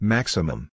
Maximum